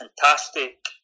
fantastic